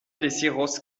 deciros